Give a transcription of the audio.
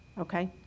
okay